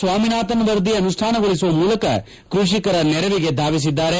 ಸ್ನಾಮಿನಾಥನ್ ವರದಿ ಅನುಷ್ಲಾನಗೊಳಿಸುವ ಮೂಲಕ ಕೃಷಿಕರ ನೆರವಿಗೆ ಧಾವಿಸಿದ್ದಾರೆ